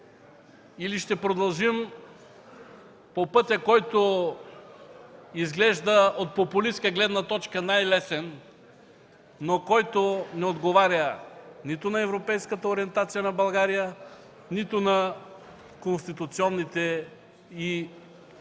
Или ще продължим по пътя, който от популистка гледна точка изглежда най-лесен, но който не отговаря нито на европейската ориентация на България, нито на конституционните й принципи